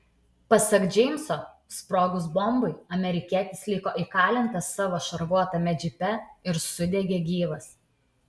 pasak džeimso sprogus bombai amerikietis liko įkalintas savo šarvuotame džipe ir sudegė gyvas